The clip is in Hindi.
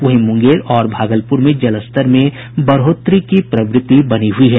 वहीं मुंगेर और भागलपुर में जलस्तर में बढ़ोतरी की प्रवृति बनी हुई है